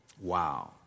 Wow